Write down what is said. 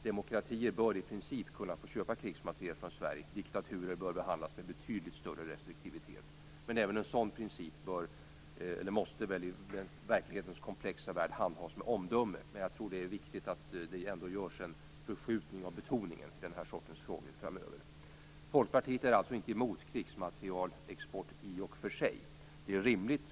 Demokratier bör i princip kunna få köpa krigsmateriel från Sverige. Diktaturer bör behandlas med betydligt större restriktivitet. Men även en sådan princip måste i verklighetens komplexa värld handhas med omdöme. Men jag tror att det är viktigt att det ändå görs en förskjutning av betoningen i den här sortens frågor framöver. Folkpartiet är alltså inte emot krigsmaterielexport i och för sig.